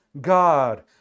God